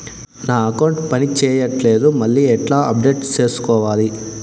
నా అకౌంట్ పని చేయట్లేదు మళ్ళీ ఎట్లా అప్డేట్ సేసుకోవాలి?